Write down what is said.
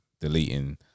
deleting